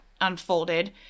unfolded